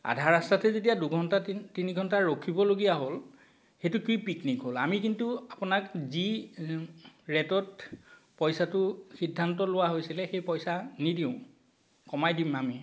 আধা ৰাস্তাতেই যেতিয়া দুঘণ্টা তিনি তিনিঘণ্টা ৰখিবলগীয়া হ'ল সেইটো কি পিকনিক হ'ল আমি কিন্তু আপোনাক যি ৰেটত পইচাটো সিদ্ধান্ত লোৱা হৈছিলে সেই পইচা নিদিওঁ কমাই দিম আমি